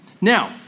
Now